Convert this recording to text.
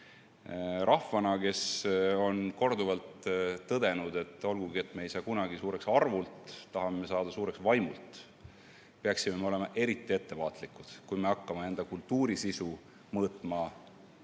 Rahvana, kes on korduvalt tõdenud, et olgugi et me ei saa kunagi suureks arvult, tahame saada suureks vaimult, peaksime me olema eriti ettevaatlikud, kui me hakkame enda kultuuri sisu mõõtma